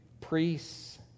priests